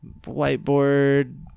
whiteboard